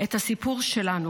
את הסיפור שלנו.